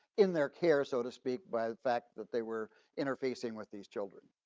in their care, so to speak by the fact that they were interfacing with these children.